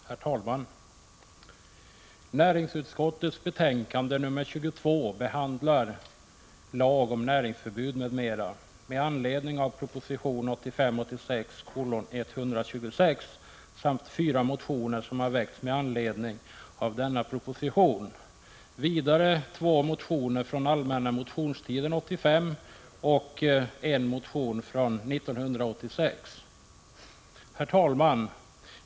Herr talman! Näringsutskottets betänkande nr 22 behandlar lag om näringsförbud m.m. med anledning av proposition 1985/86:126 samt fyra motioner, som har väckts med anledning av denna proposition, vidare två motioner från allmänna motionstiden 1985 och en motion från 1986. Herr talman!